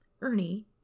Ernie